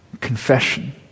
confession